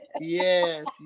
Yes